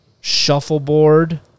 shuffleboard